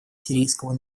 сирийского